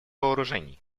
вооружений